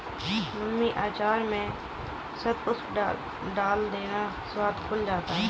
mummy अचार में शतपुष्प डाल देना, स्वाद खुल जाता है